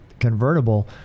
convertible